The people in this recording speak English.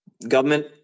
Government